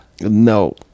no